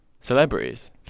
celebrities